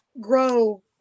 grow